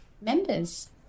members